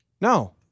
No